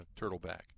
Turtleback